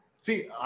See